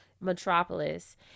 Metropolis